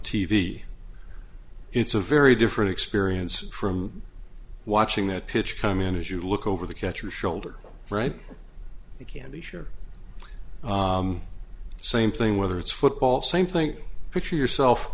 v it's a very different experience from watching that pitch come in as you look over the catcher's shoulder right you can be sure same thing whether it's football same thing picture yourself